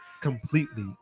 Completely